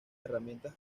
herramientas